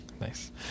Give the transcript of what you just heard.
nice